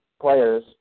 players